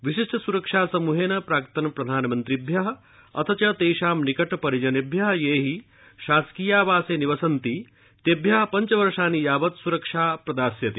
विशिष्य सुरक्षा समूहेन प्राक्तन प्रधानमन्त्रिभ्य अथ च तेषां निक पिरिजनेभ्य ये हि शासकीयावासे निवसन्ति तेभ्य पञ्चवर्षाणि यावत् सुरक्षा प्रदास्यते